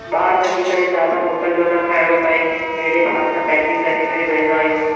ॿार वञी करे ज्यादा होटल जो न खाइणो पए अहिड़े हिसाब सां पैकिंग करे करे वेंदा आहियूं